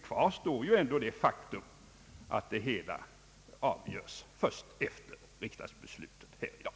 Kvar står ändå det faktum att det hela avgörs först efter riksdagsbeslutet här i dag.